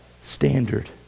standard